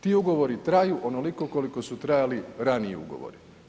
Ti ugovori traju onoliko koliko su trajali ranije ugovori.